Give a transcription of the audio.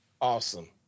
Awesome